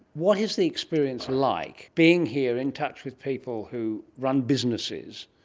what is the experience like being here in touch with people who run businesses,